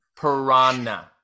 Piranha